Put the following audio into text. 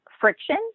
friction